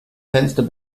fenster